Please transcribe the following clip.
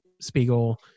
Spiegel